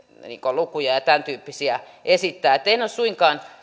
lukuja ja tämäntyyppisiä esittää että en ole suinkaan